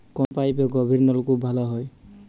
কোন পাইপে গভিরনলকুপ ভালো হবে?